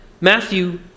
Matthew